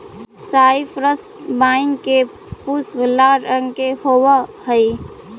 cypress vine के पुष्प लाल रंग के होवअ हई